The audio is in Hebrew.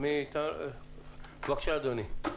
בבקשה אדוני,